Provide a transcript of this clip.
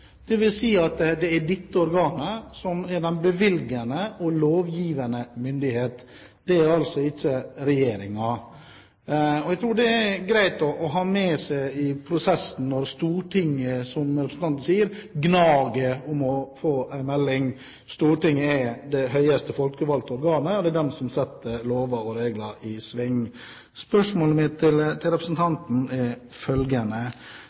dvs. at det er dette organet som er den bevilgende og lovgivende myndighet – det er altså ikke regjeringen. Jeg tror det er greit å ha med seg det i prosessen når Stortinget – som representanten sier – gnager om å få en melding. Stortinget er det høyeste folkevalgte organet, og det er det som vedtar å sette lover og regler i verk. Mitt spørsmål til representanten er følgende: